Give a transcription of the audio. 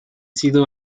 sido